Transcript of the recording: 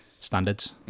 standards